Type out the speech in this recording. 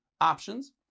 options